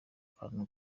akantu